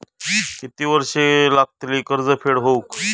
किती वर्षे लागतली कर्ज फेड होऊक?